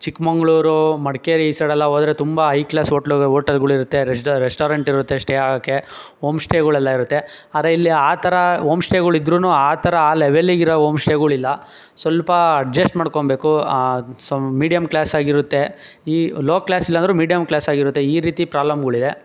ಚಿಕ್ಕಮಂಗ್ಳೂರು ಮಡಿಕೇರಿ ಈ ಸೈಡೆಲ್ಲಾ ಹೋದ್ರೆ ತುಂಬ ಐ ಕ್ಲಾಸ್ ಹೋಟ್ಲುಗಳು ಹೋಟೆಲ್ಗಳಿರುತ್ತೆ ರೆಸ್ಟೋ ರೆಸ್ಟೋರೆಂಟ್ ಇರುತ್ತೆ ಸ್ಟೇ ಆಗಕ್ಕೆ ಹೋಮ್ಸ್ಟೇಗಳೆಲ್ಲ ಇರುತ್ತೆ ಆದ್ರೆ ಇಲ್ಲಿ ಆ ಥರ ಹೋಮ್ಸ್ಟೇಗಳಿದ್ರುನು ಆ ಥರ ಆ ಲೆವೆಲ್ಲಿಗಿರೋ ಹೋಮ್ಸ್ಟೇಗಳಿಲ್ಲ ಸ್ವಲ್ಪ ಅಡ್ಜೆಸ್ಟ್ ಮಾಡ್ಕೋಬೇಕು ಸಂ ಮೀಡ್ಯಂ ಕ್ಲಾಸಾಗಿರುತ್ತೆ ಈ ಲೋ ಕ್ಲಾಸ್ ಇಲ್ಲಾಂದ್ರು ಮೀಡ್ಯಂ ಕ್ಲಾಸಾಗಿರುತ್ತೆ ಈ ರೀತಿ ಪ್ರಾಬ್ಲಮ್ಗಳಿದೆ